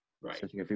Right